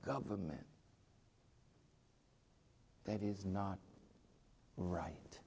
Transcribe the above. government that is not right